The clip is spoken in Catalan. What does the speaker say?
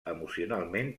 emocionalment